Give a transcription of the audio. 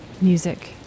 music